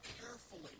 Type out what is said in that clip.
carefully